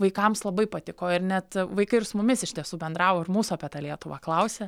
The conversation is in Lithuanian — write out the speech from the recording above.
vaikams labai patiko ir net vaikai ir su mumis iš tiesų bendravo ir mūsų apie tą lietuvą klausė